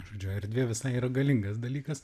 žodžiu erdvė visai yra galingas dalykas